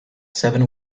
seven